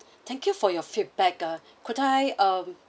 thank you for your feedback ah could I um